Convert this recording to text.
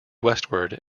westward